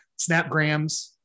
Snapgrams